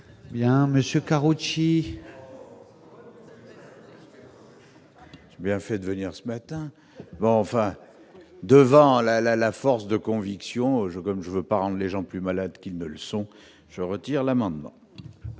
Bien, monsieur Karoutchi. Bien fait de venir ce matin enfin devant la la la force de conviction je comme je veux pas rendent les gens plus malades qu'ils ne le sont, je retire l'amendement